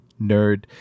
nerd